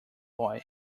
boy